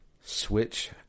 switch